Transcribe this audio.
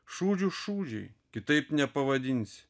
šūdžių šūdžiai kitaip nepavadinsi